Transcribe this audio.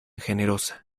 generosa